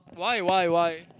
why why why